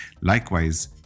Likewise